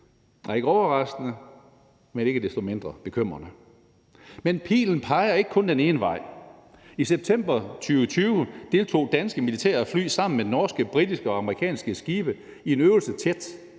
kyst er ikke overraskende, men ikke desto mindre bekymrende. Men pilen peger ikke kun den ene vej. I september 2020 deltog danske militærfly sammen med norske, britiske og amerikanske skibe i en øvelse tæt